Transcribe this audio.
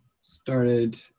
started